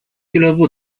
俱乐部